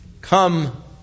Come